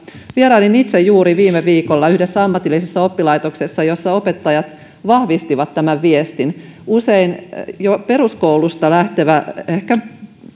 vierailin itse juuri viime viikolla yhdessä ammatillisessa oppilaitoksessa jossa opettajat vahvistivat tämän viestin usein jo peruskoulusta lähtevä tietämättömyys